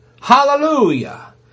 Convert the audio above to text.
Hallelujah